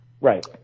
Right